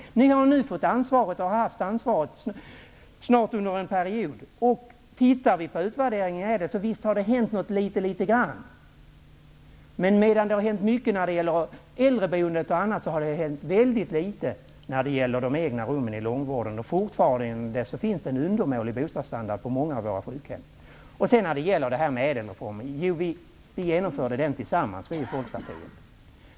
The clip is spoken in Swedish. Ni har nu snart haft ansvaret under en mandatperiod. Tittar vi på utvärderingen ser vi att det hänt litet grand. Medan det har hänt mycket när det gäller äldreboendet och annat har det hänt väldigt litet när det gäller de egna rummen i långvården. Fortfarande finns det en undermålig bostadsstandard på många av våra sjukhem. ÄDEL-reformen tillsammans.